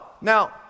now